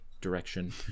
direction